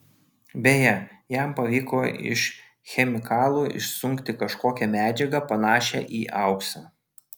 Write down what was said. beje jam pavyko iš chemikalų išsunkti kažkokią medžiagą panašią į auksą